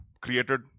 created